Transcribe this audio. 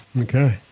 Okay